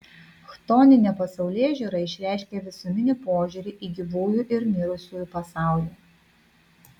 chtoninė pasaulėžiūra išreiškia visuminį požiūrį į gyvųjų ir mirusiųjų pasaulį